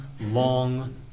long